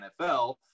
NFL